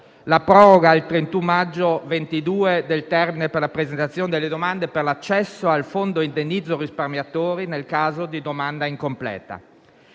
la proroga al 31 maggio 2022 del termine per la presentazione delle domande per l'accesso al Fondo indennizzo risparmiatori nel caso di domanda incompleta.